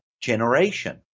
generation